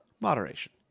Moderation